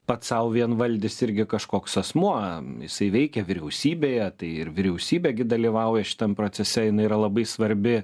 pats sau vienvaldis irgi kažkoks asmuo jisai veikia vyriausybėje tai ir vyriausybė gi dalyvauja šitam procese jinai yra labai svarbi